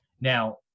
Now